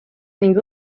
ning